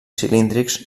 cilíndrics